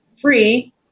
free